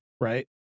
Right